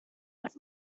want